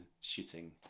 shooting